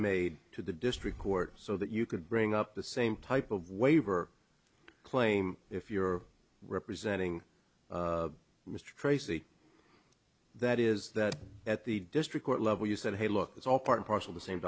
made to the district court so that you could bring up the same type of waiver claim if you were representing mr tracy that is that at the district court level you said hey look it's all part and parcel the same